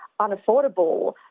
unaffordable